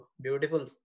Beautiful